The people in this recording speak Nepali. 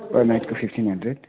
पर नाइटको फिफ्टिन हन्ड्रेट